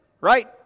right